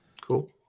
Cool